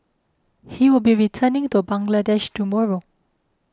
he will be returning to Bangladesh tomorrow